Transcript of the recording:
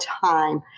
time